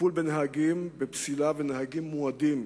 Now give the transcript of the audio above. טיפול בנהגים בפסילה ובנהגים מועדים,